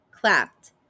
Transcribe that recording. clapped